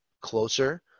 closer